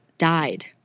died